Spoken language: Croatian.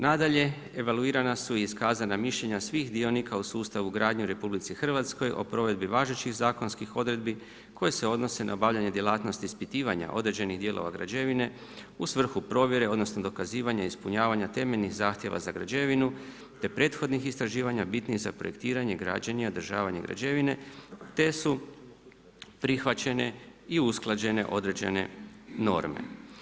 Nadalje, evaluirana su i iskazana mišljenja svih dionika u sustavu gradnje u RH o provedbi važećih zakonskih odredbi koje se odnose na obavljanje djelatnosti ispitivanja određenih dijelova građevine u svrhu provjere, odnosno dokazivanja, ispunjavanja temeljnih zahtjeva za građevinu te prethodnih istraživanja bitnih za projektiranje građenja i održavanje građevine te su prihvaćene i usklađene određene norme.